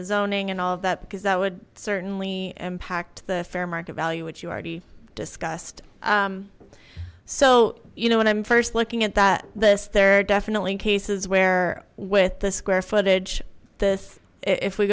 zoning and all of that because that would certainly impact the fair market value which you already discussed so you know when i'm first looking at that this there are definitely cases where with the square footage this if we